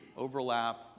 overlap